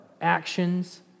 actions